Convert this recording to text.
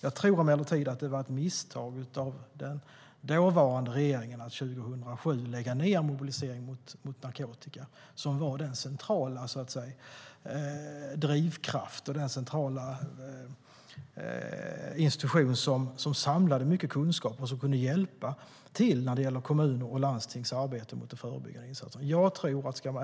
Jag tror emellertid att det var ett misstag av den dåvarande regeringen att 2007 lägga ned Mobilisering mot narkotika, som var den centrala drivkraft och institution som samlade mycket kunskap och som kunde hjälpa till när det gäller kommunernas och landstingens arbete med förebyggande insatser.